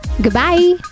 Goodbye